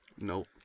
Nope